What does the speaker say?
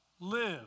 live